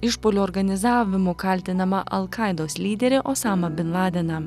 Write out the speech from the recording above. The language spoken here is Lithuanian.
išpuolio organizavimu kaltinamą alkaidos lyderį osamą bin ladeną